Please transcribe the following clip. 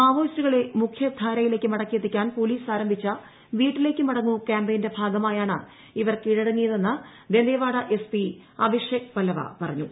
മാവോയിസ്റ്റുകളെ മുഖ്യധാരയിലേക്ക് മടക്കിയെത്തിക്കാൻ പോലീസ് ആരംഭിച്ച വീട്ടിലേയ്ക്കു മടങ്ങൂ കാമ്പയിന്റെ ഭാഗമായാണ് ഇവർ കീഴടങ്ങിയതെന്ന് ദന്തേവാഡ എസ് പി അഭിഷേക് പല്ലവ പറഞ്ഞു